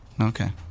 Okay